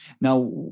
now